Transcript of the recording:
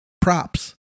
props